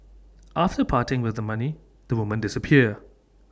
after parting with the money the women disappear